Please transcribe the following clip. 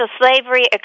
slavery